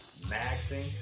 maxing